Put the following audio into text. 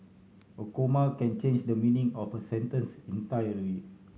a comma can change the meaning of a sentence entirely